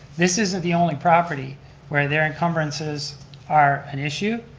this isn't the only property where they're encumbrances are an issue,